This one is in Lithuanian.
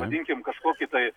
vadinkim kažkokį tai